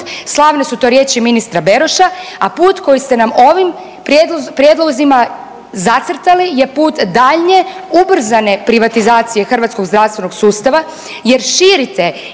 slavne su to riječi ministra Beroša, a put kojim ste nam ovim prijedlozima zacrtali je put daljnje ubrzane privatizacije hrvatskog zdravstvenog sustava jer širite